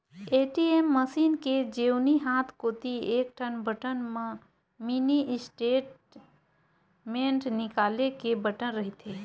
ATM machine के जेवनी हाथ कोती एकठन बटन म मिनी स्टेटमेंट निकाले के बटन रहिथे